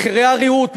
מחירי הריהוט,